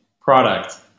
Product